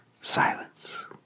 silence